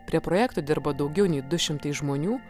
prie projekto dirbo daugiau nei du šimtai žmonių